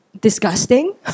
disgusting